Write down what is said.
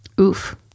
Oof